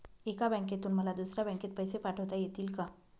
एका बँकेतून मला दुसऱ्या बँकेत पैसे पाठवता येतील का?